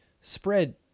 spread